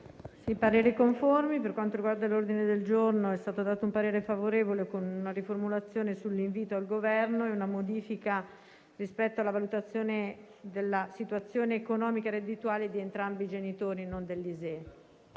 del relatore. Per quanto riguarda l'ordine del giorno G3.4, è stato dato un parere favorevole con una riformulazione sull'impegno al Governo. Si tratta di una modifica rispetto alla valutazione della situazione economica e reddituale di entrambi i genitori e non dell'ISEE: